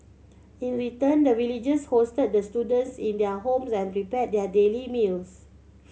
in return the villagers hosted the students in their homes and prepared their daily meals